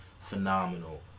phenomenal